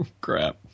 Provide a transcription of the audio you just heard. crap